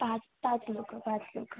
पाच पाच लोक पाच लोक